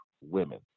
women